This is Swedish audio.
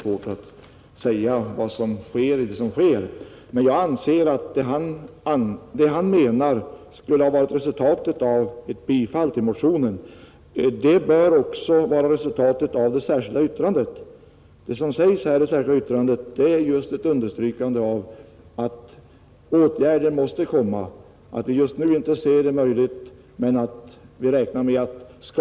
Herr talman! Jag instämmer i stort sett med herr Westberg i Ljusdal när han säger att det är svårt att se vad som sker i det som sker. Vad han anser skulle bli resultatet av ett bifall till motionen bör också bli resultatet av det särskilda yttrandet där vi understryker att åtgärder måste komma även om inte möjligheten till åtgärder finns just nu.